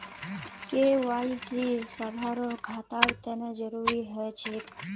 KYC सभारो खातार तने जरुरी ह छेक